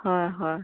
হয় হয়